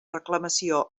reclamació